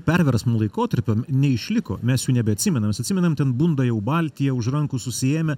perversmų laikotarpio neišliko mes jų nebeatsimenam mes atsimenam ten bunda jau baltija už rankų susiėmę